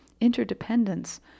interdependence